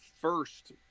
first